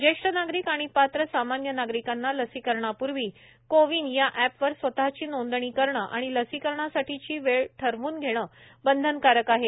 ज्येष्ठ नागरिक आणि पात्र सामान्य नागरिकांना लसीकरणापूर्वी कोविन या एपवर स्वतःची नोंदणी करणं आणि लसीकरणासाठीची वेळ ठरवून घेणं बंधनकारक आहे